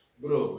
bro